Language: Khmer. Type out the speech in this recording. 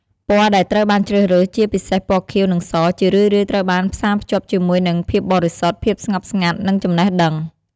ពណ៌ដែលត្រូវបានជ្រើសរើស ជាពិសេសពណ៌ខៀវ និងស ជារឿយៗត្រូវបានផ្សារភ្ជាប់ជាមួយនឹងភាពបរិសុទ្ធ ភាពស្ងប់ស្ងាត់ និងចំណេះដឹង។